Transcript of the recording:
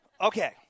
okay